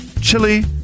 chili